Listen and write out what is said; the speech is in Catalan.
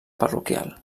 parroquial